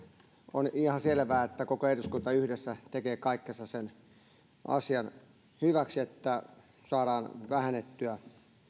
on ihan selvää että koko eduskunta yhdessä tekee kaikkensa sen asian hyväksi että saadaan vähennettyä